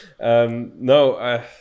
No